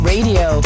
Radio